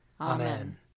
Amen